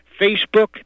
Facebook